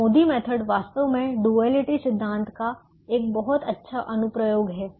तो MODI method वास्तव में डुअलिटी सिद्धांत का एक बहुत अच्छा अनुप्रयोग है